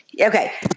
okay